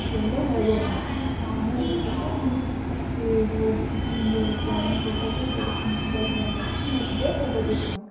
ಎಲ್ಲ ಹೇಳ್ದರು ನಮಗೆ ಆಮೇಲೆ ಏನಾಯಿತು ನಮಗೆ ಟಿ ಹೋಗು ಹಿಂಗ ಗಾರ್ಡನ್ಗೆ ಹೋಗೋದು ಡೇಟ್ ಇನ್ನು ಬಳಿ ಬರ್ಲತ್ತು ನೆಕ್ಷ್ಟ್ ಡೇ ಹೋಗದಿತ್ತು ನಮಗೆ